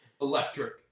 Electric